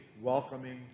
welcoming